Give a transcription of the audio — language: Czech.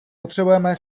potřebujeme